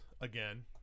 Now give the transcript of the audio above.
again